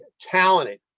talented